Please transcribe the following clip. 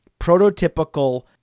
prototypical